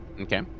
Okay